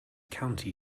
county